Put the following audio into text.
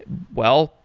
well,